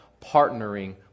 Partnering